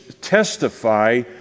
testify